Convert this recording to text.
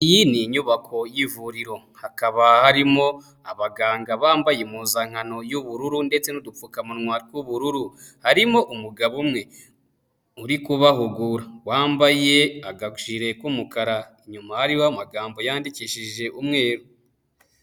Iyi ni inyubako y'ivuriro, hakaba harimo abaganga bambaye impuzankano y'ubururu ndetse n'udupfukamunwa tw'ubururu, harimo umugabo umwe uri kubahugura wambaye akajire k'umukara, inyuma hariho amagambo yandikishije umweru.